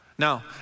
Now